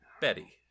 betty